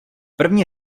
první